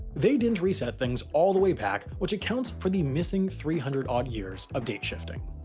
they didn't reset things all the way back which accounts for the missing three hundred odd years of date shifting.